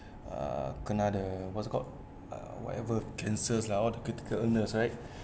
uh kena the what's called uh whatever cancers lah all the critical illness right